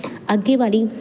ਅੱਗੇ ਵਾਲੀ